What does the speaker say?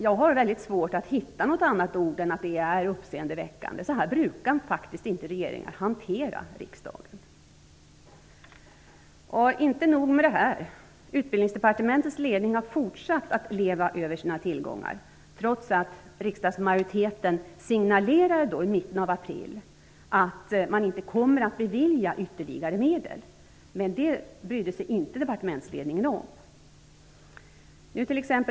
Jag har svårt att hitta något annat ord än uppseendeväckande. Så här brukar faktiskt inte regeringar hantera riksdagen. Inte nog med detta. Utbildningsdepartementets ledning har fortsatt att leva över sina tillgångar, trots att riksdagsmajoriteten i mitten av april signalerade att man inte kommer att bevilja ytterligare medel. Det brydde sig departementsledningen inte om.